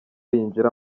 yinjira